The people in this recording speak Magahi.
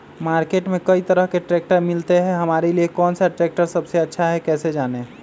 मार्केट में कई तरह के ट्रैक्टर मिलते हैं हमारे लिए कौन सा ट्रैक्टर सबसे अच्छा है कैसे जाने?